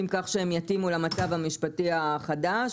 כך שהם יתאימו למצב המשפטי החדש,